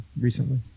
recently